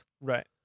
Right